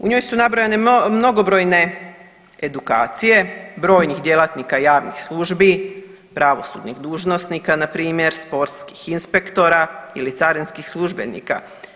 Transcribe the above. U njoj su nabrojane mnogobrojne edukacije brojnih djelatnika javnih službi, pravosudnih dužnosnika npr., sportskih inspektora ili carinskih službenika.